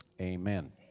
Amen